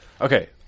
Okay